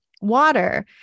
water